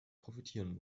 profitieren